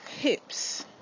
hips